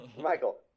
Michael